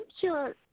sure